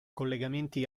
collegamenti